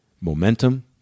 momentum